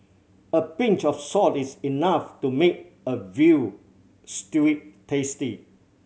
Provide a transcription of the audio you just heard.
a pinch of salt is enough to make a veal stew tasty